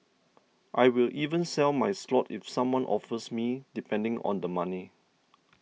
I will even sell my slot if someone offers me depending on the money